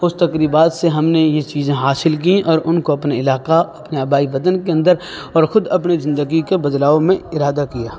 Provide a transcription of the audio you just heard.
اس تقریبات سے ہم نے یہ چیزیں حاصل کیں اور ان کو اپنے علاقہ اپنے آبائی وطن کے اندر اور خود اپنے زندگی کے بدلاؤ میں ارادہ کیا